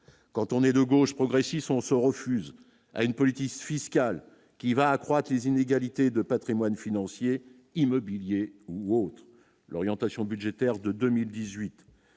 quand on est de gauche progresse, ils sont se refuse à une politique fiscale qui va accroître les inégalités de Patrimoine financier et immobilier ou l'orientation budgétaire de 2018